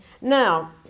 Now